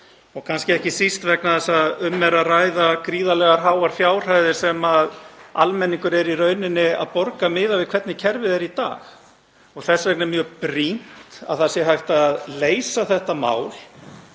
Kannski ekki síst vegna þess að um er að ræða gríðarlega háar fjárhæðir sem almenningur er í raun að borga miðað við hvernig kerfið er í dag. Því er mjög brýnt að hægt sé að leysa þetta